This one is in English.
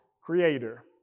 Creator